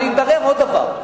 אבל התברר עוד דבר,